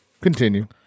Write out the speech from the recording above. Continue